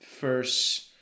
first